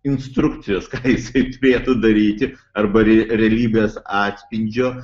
instrukcijos ką jisai turėtų daryti arba re realybės atspindžio